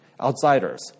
outsiders